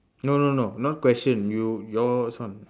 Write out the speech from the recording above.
no no no not question you your this one